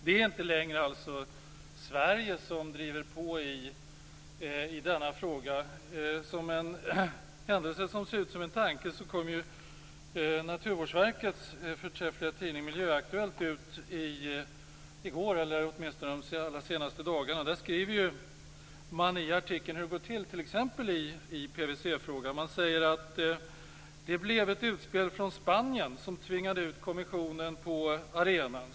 Det är inte längre Sverige som driver på i denna fråga. En händelse som ser ut som en tanke är att man i Naturvårdsverkets förträffliga tidning Miljöaktuellt, som har kommit ut under de senaste dagarna, har en artikel om hur det går till i PVC-frågan. Man säger: Det blev ett utspel från Spanien som tvingade ut kommissionen på arenan.